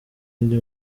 iyindi